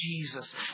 Jesus